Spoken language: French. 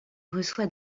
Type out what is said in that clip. reçoit